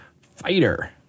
fighter